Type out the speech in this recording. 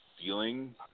feeling